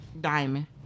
Diamond